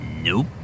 Nope